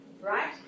right